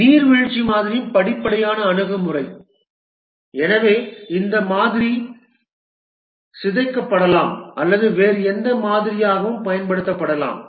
நீர்வீழ்ச்சி மாதிரியின் படிப்படியான அணுகுமுறை எனவே இந்த மாதிரி சிதைக்கப்படலாம் அல்லது வேறு எந்த மாதிரியாகவும் பயன்படுத்தப்படலாம்